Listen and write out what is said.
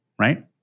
right